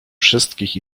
wszystkich